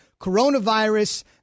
Coronavirus